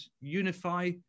unify